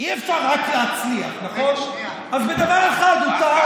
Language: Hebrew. אי-אפשר רק להצליח, אז בדבר אחד הוא טעה.